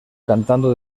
cantando